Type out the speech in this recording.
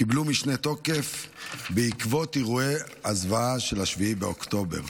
קיבלה משנה תוקף בעקבות אירועי הזוועה של 7 באוקטובר,